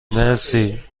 مرسی